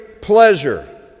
pleasure